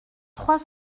trois